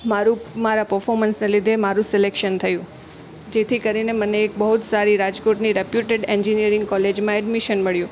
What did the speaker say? મારું મારાં પર્ફોર્મન્સને લીધે મારું સિલેક્શન થયું જેથી કરીને મને એક બહુ જ સારી રાજકોટની રેપ્યુટેડ એન્જિનીયરિંગ કોલેજમાં એડમિશન મળ્યું